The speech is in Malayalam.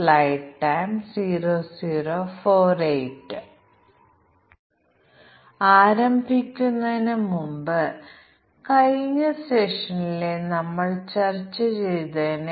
പല പ്രാവശ്യം നമുക്ക് പരാമീറ്ററുകൾ ഉള്ളതും ഓരോ പാരാമീറ്ററും ഒരു ബൂലിയൻ ആണെങ്കിൽ അല്ലെങ്കിൽ അതിന് നിരവധി മൂല്യങ്ങൾ എടുത്തേക്കാവുന്നതുമായ സാഹചര്യങ്ങൾ ഉണ്ടെന്ന് നമ്മൾ സൂചിപ്പിക്കുന്നതുപോലെ